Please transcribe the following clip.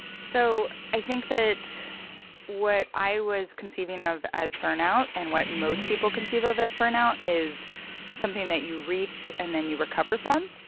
so i think that what i was conceiving of as burnout and what most people conceive of as burnout is something that you reach and then you recover from.